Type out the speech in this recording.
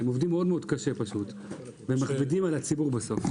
הם עובדים מאוד קשה, ומחליטים על הציבור בסוף.